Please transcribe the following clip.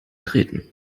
treten